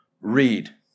read